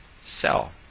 cell